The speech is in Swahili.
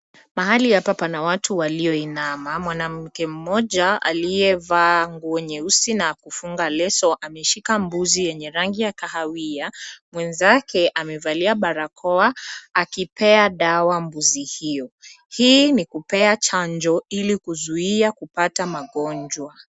Mahali hapa pana watu walioinama. Mwanamke mmoja aliyevaa nguo nyeusi na kufunga leso ameshika mbuzi yenye rangi ya kahawia. Mwenzake amevalia barakoa, akipea dawa mbuzi hio. Hii ni kupea chanjo ili kuzuia kupata magonjwa.